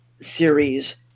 series